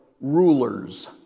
rulers